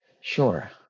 Sure